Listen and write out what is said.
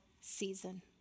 season